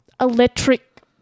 electric